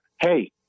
hey